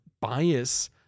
bias